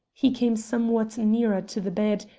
he came somewhat nearer to the bed,